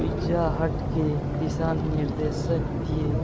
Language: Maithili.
पिज्जा हट के दिशा निर्देश दिअ